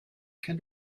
can